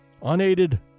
unaided